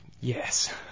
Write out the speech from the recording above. Yes